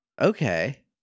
Okay